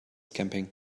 camping